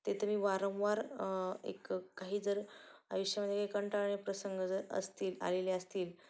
ते तर मी वारंवार एक काही जर आयुष्यामध्ये काही कंटाळा आणि प्रसंग जर असतील आलेले असतील